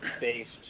based